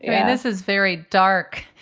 yeah this is very dark.